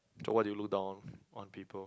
so what do you look down on on people